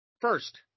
First